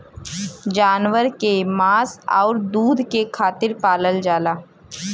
जानवर के मांस आउर दूध के खातिर पालल जाला